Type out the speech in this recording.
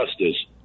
justice